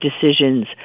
decisions